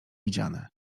widziane